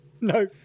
no